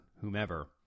whomever